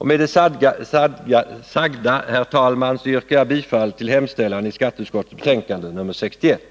Med det sagda, herr talman, yrkar jag bifall till utskottets hemställan i skatteutskottets betänkande nr 61.